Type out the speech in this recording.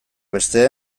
beste